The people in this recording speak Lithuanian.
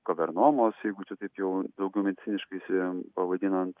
kavernomos jeigu čia taip jau daugiau mediciniškai siem pavadinant